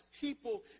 people